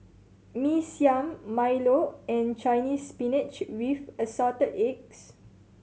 Mee Siam milo and Chinese Spinach with Assorted Eggs